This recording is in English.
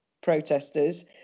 protesters